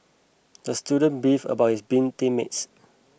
the student beefed about his beam team mates